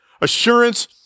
assurance